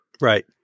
right